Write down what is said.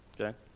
okay